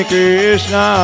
Krishna